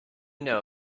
know